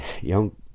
young